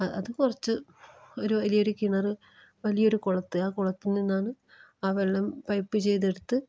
അത് കുറച്ച് ഒരു വലിയൊരു കിണർ വലിയൊരു കുളത്തിൽ ആ കുളത്തിൽ നിന്നാണ് ആ വെള്ളം പൈപ്പ് ചെയ്തെടുത്ത്